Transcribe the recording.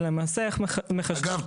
זה למעשה איך --- אגב,